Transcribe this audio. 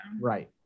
right